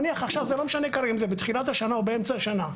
זה לא משנה כרגע אם זה בתחילת השנה או באמצע השנה.